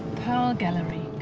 pearl gallery,